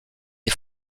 est